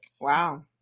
Wow